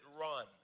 run